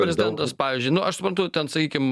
prezidentas pavyzdžiui nu aš suprantu ten sakykim